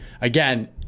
again